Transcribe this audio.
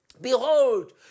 Behold